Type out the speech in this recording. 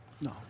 No